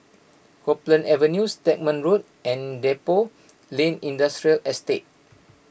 Copeland Avenue Stagmont Road and Depot Lane Industrial Estate